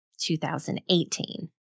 2018